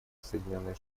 соединенные